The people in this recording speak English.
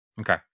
Okay